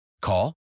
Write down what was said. Call